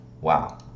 Wow